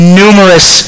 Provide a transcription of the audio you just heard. numerous